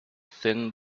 thin